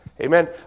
amen